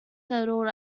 settled